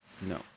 No